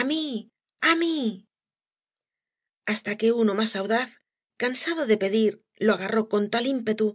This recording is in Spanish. a mil hasta que uno más audaz cansado de pedir lo agarró con tal ímpetu